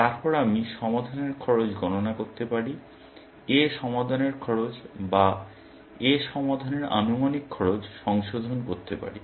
তারপর আমি সমাধানের খরচ গণনা করতে পারি A সমাধানের খরচ বা A সমাধানের আনুমানিক খরচ সংশোধন করতে পারি